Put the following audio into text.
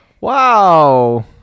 Wow